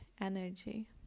energy